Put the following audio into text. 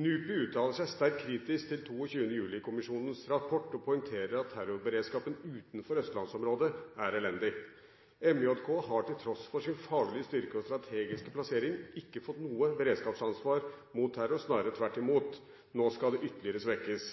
NUPI uttaler seg svært kritisk til 22. juli-kommisjonens rapport og poengterer at terrorberedskapen utenfor Østlandsområdet er elendig. MJK har til tross for sin faglige styrke og strategiske plassering ikke fått noe beredskapsansvar mot terror – snarere tvert imot. Nå skal det ytterligere svekkes.